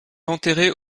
enterrée